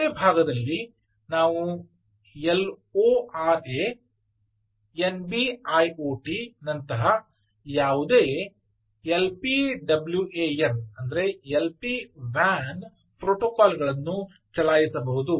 gateway ಭಾಗದಲ್ಲಿ ನಾವು LORA NB IOT ನಂತಹ ಯಾವುದೇ LPWAN ಪ್ರೋಟೋಕಾಲ್ ಗಳನ್ನು ಚಲಾಯಿಸಬಹುದು